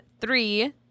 three